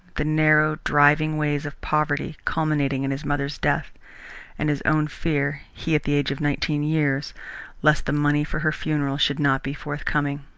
the narrow, driving ways of poverty, culminating in his mother's death and his own fear he, at the age of nineteen years lest the money for her funeral should not be forthcoming.